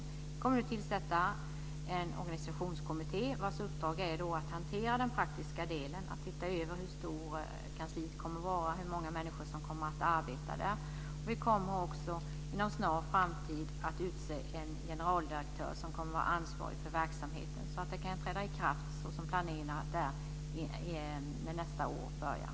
Vi kommer att tillsätta en organisationskommitté, vars uppdrag är att hantera den praktiska delen, att se över hur stort kansliet ska vara, hur många människor som kommer att arbeta där. Vi kommer också inom en snar framtid att utse en generaldirektör som kommer att vara ansvarig för verksamheten så att den kan träda i kraft såsom planerat vid nästa års början.